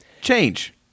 change